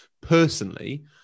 Personally